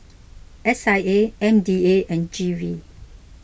S I A M D A and G V